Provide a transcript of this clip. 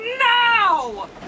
NOW